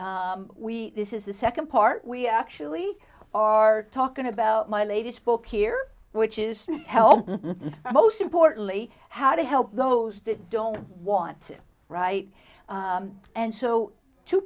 and we this is the second part we actually are talking about my latest book here which is help most importantly how to help those that don't want to write and so two